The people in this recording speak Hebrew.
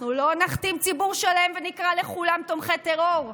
אנחנו לא נכתים ציבור שלם ונקרא לכולם תומכי טרור,